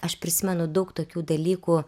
aš prisimenu daug tokių dalykų